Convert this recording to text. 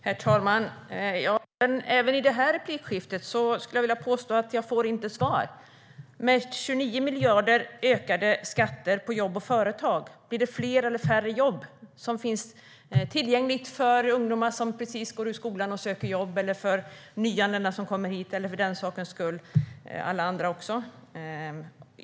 Herr talman! Även i det här replikskiftet får jag inget svar. Med 29 miljarder i ökade skatter på jobb och företag, blir det fler eller färre jobb tillgängliga för ungdomar som precis har gått ut skolan och söker jobb, för nyanlända och för alla andra?